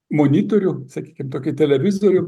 monitorių sakykim tokį televizorių